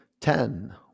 ten